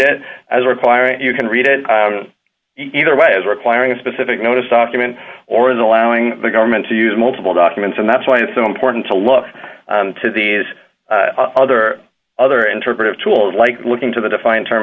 it as required and you can read it either way as requiring a specific notice document or is allowing the government to use multiple documents and that's why it's important to look to these other other interpretive tools like looking to the defined term